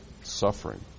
Suffering